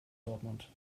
dortmund